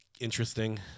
interesting